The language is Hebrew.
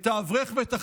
את האברך ואת החייל,